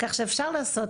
כך שאפשר לעשות,